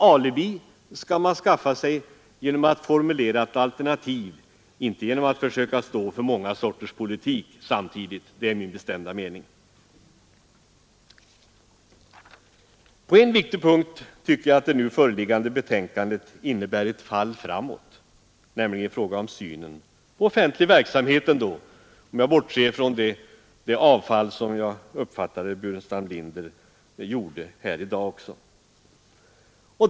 Alibi skall man skaffa sig genom att formulera ett alternativ, inte genom att försöka stå för många sorters politik samtidigt — det är min bestämda mening. På en viktig punkt tycker jag att det nu föreliggande betänkandet innebär ett fall framåt, nämligen i fråga om synen på offentlig politiska åtgärder verksamhet, om jag bortser från det avfall som herr Burenstam Linder enligt min uppfattning gjorde i dag.